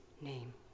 name